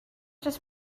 just